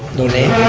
no name?